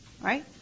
Right